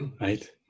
right